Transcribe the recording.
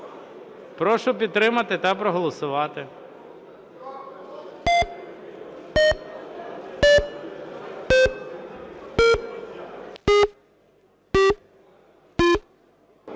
Прошу підтримати та проголосувати.